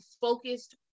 focused